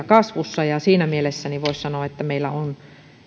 kasvussa siinä mielessä voisi sanoa että meillä on